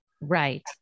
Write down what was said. Right